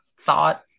thought